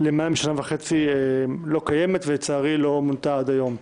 למעלה משנה וחצי לא קיימת ולצערי לא מונתה עד היום.